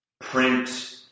print